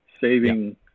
saving